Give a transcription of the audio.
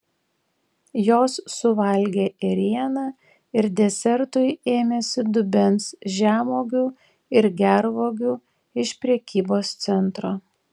jos suvalgė ėrieną ir desertui ėmėsi dubens žemuogių ir gervuogių iš prekybos centro